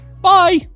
Bye